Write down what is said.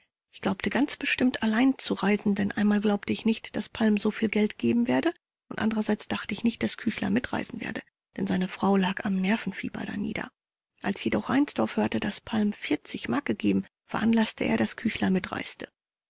ich glaubte ganz bestimmt allein zu reisen denn einmal glaubte ich nicht daß palm soviel geld geben werde und andererseits dachte ich nicht daß küchler mitreisen werde denn seine frau lag am nervenfieber danieder als jedoch reinsdorf hörte daß palm mark gegeben veranlaßte er daß küchler mitreiste